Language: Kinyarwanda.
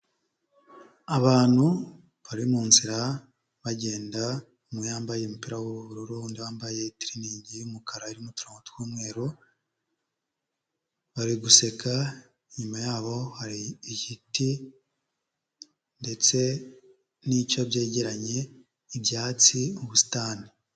Abantu bari muzira bagenda umwe yambaye umupira w'ubururu, unda wambaye tiriningi y'umukara irimo uturongo tw'umweru, bari guseka, inyuma yabo hari igiti ndetse n'icyo byegeranye, ibyatsi, ubusitani.